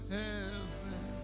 heaven